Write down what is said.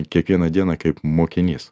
kiekvieną dieną kaip mokinys